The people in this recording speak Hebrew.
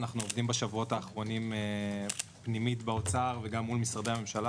אנחנו עובדים בשבועות האחרונים פנימית באוצר ומול משרדי הממשלה